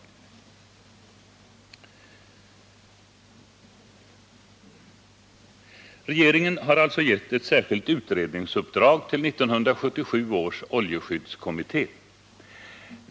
Regeringen har alltså gett ett särskilt utredningsuppdrag till 1977 års oljeskyddskommitté.